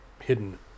Hidden